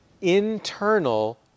internal